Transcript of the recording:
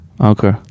Okay